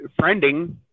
friending